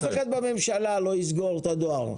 אף אחד בממשלה לא יסגור את הדואר.